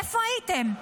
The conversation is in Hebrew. איפה הייתם?